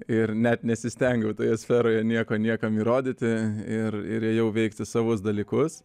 ir net nesistengiau toje sferoje nieko niekam įrodyti ir ir ėjau veikti savus dalykus